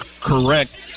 correct